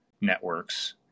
networks